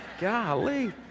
Golly